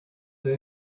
the